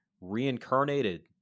reincarnated